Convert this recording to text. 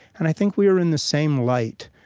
and i think we were in the same light.